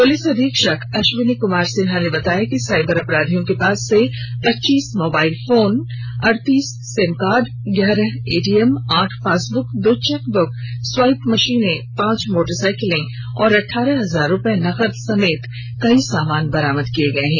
police अधीक्षक अश्विनी कमार सिंहा ने बताया कि साइबर अपराधियों के पास से पच्चीस मोबाइल फोन अड़तीस सिम कार्ड ग्यारह एटीएम आठ पासबुक दो चेकबुक स्वाइप मशीन पांच मोटरसाइकिल और अठारह हजार रुपए नकद समेत कई सामान बरामद किए गए हैं